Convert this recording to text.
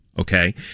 okay